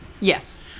Yes